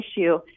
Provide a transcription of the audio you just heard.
issue